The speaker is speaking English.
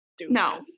no